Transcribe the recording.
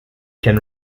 can